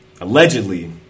allegedly